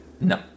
No